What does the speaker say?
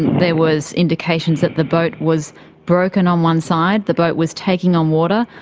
there was indications that the boat was broken on one side, the boat was taking on water,